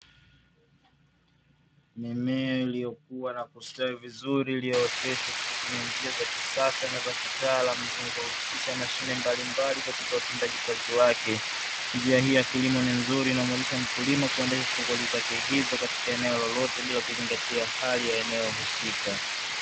Mimea iliyokuwa na kustawi vizuri iliyo oteshwa kwa kutumia njia za kisasa na za kitaalamu zinazohusisha mashine mbalimbali katika utendaji kazi wake. Njia hii ya kilimo ni nzuri inamwezesha mkulima kuendesha shughuli zake hizo katika eneo lolote bila kuzingatia hali ya eneo husika.